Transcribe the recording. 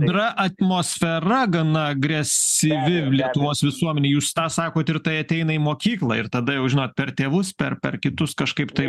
yra atmosfera gana agresyvi lietuvos visuomenėj jūs tą sakot ir tai ateina į mokyklą ir tada jau žinot per tėvus per per kitus kažkaip tai